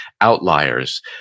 Outliers